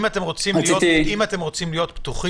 אם אתם רוצים להיות פתוחים,